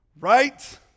Right